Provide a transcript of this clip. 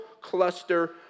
cluster